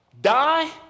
die